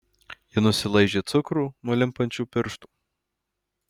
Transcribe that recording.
ji nusilaižė cukrų nuo limpančių pirštų